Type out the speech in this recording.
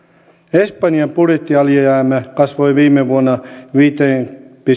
espanjan budjettialijäämä kasvoi viime vuonna viiteen pilkku